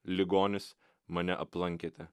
ligonis mane aplankėte